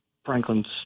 Franklin's